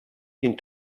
den